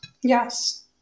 Yes